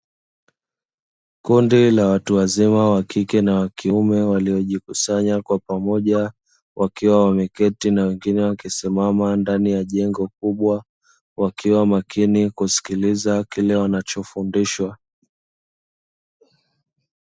Kundi la watu wazima (wa kike na wa kiume) waliojikusanya kwa pamoja, wakiwa wameketi na wengine wakisimama ndani ya jengo kubwa, wakiwa makini kusikiliza kile wanachofundishwa.